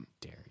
dare